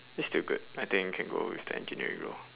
is still good I think can go with the engineering role